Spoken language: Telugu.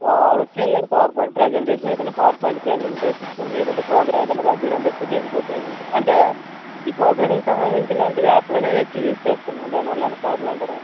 ఓవర్కి ఏం లేదు పవర్ పాయింట్ ప్రజెంటేషన్ ఏదైనా పవర్ పాయింట్ ప్రజెంటేషన్ ఇస్తాను లేదంటే ప్రోగ్రామ్స్ ఏదైనా రన్ చేయడానికి తప్పితే దేనికీ ఉపయోగించను అంటే ఈ ప్రోగ్రామింగ్కి సంబంధించిన లాంటి యాప్లు అనేవి ఎక్కువ యూజ్ చేస్తాను దానివల్ల ఏమైనా ప్రాబ్లమ్ అంటారా